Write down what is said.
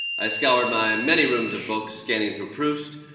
i scoured my many rooms of books scanning through proust,